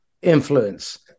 Influence